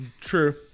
True